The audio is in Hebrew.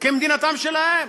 כמדינתם שלהם,